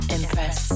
Impress